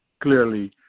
clearly